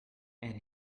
and